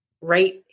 right